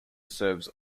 serves